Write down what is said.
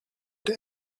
der